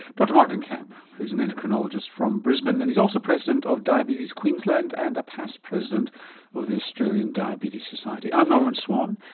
dr maarten kamp, who is an endocrinologist from brisbane and he's also president of diabetes queensland and a past president of the australian diabetes society. i'm norman swan,